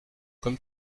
comme